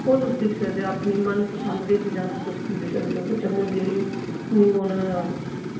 ओह् तुस दिक्खी सकदे ओ अपनी मन पसंद दी चीजां उत्थे तुस खरीदी सकदे ओ फिर जम्मू दी जेह्ड़ी हुन